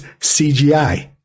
CGI